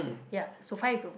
ya so five room